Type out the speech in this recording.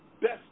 best